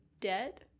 dead